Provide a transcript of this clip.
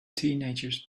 teenagers